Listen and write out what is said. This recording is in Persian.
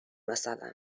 مثلا